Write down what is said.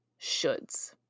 shoulds